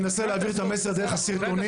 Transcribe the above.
אנסה להעביר את המסר דרך הסרטונים.